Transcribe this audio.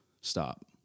Stop